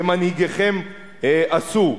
שמנהיגיכם עשו,